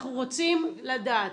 אנחנו רוצים לדעת.